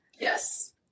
Yes